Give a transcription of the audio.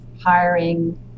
hiring